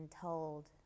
told